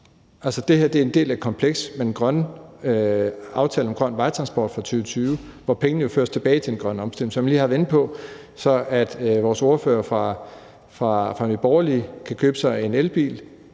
det her er en del af et kompleks i forhold til aftalen om den grønne vejtransport fra 2020, hvor pengene jo føres tilbage til den grønne omstilling, så vores ordfører fra Nye Borgerlige kan købe sig en elbil,